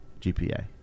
GPA